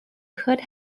could